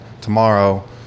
tomorrow